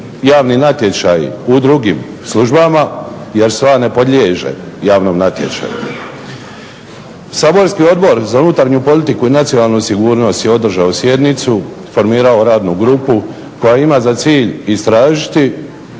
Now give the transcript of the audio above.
javni natječaji u drugim službama jer SOA ne podliježe javnom natječaju. Saborski Odbor za unutarnju politiku i nacionalnu sigurnost je održao sjednicu, formirao radnu grupu koja ima za cilj istražiti